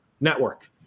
network